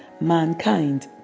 mankind